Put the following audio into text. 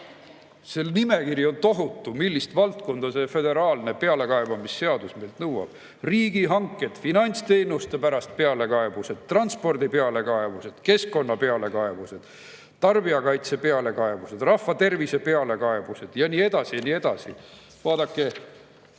See nimekiri on tohutu, millistes valdkondades see föderaalne pealekaebamisseadus meilt nõuab: riigihanked, finantsteenuste pärast pealekaebused, transpordi pealekaebused, keskkonna pealekaebused, tarbijakaitse pealekaebused, rahvatervise pealekaebused ja nii edasi ja nii edasi.